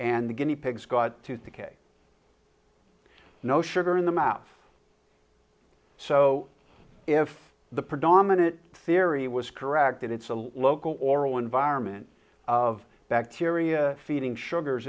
and the guinea pigs got to think a no sugar in the mouth so if the predominant theory was correct that it's a local oral environment of bacteria feeding sugars